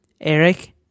Eric